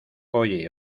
oye